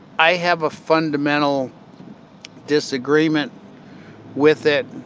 i have a fundamental disagreement with it.